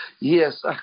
Yes